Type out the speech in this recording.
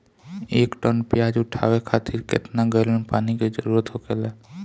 एक टन प्याज उठावे खातिर केतना गैलन पानी के जरूरत होखेला?